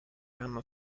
hanno